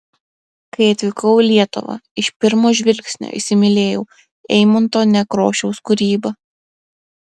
kai atvykau į lietuvą iš pirmo žvilgsnio įsimylėjau eimunto nekrošiaus kūrybą